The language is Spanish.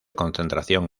concentración